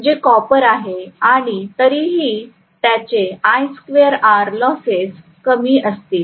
जे कॉपर आहे आणि तरीही त्याचे लॉसेस कमी असतील